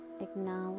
acknowledge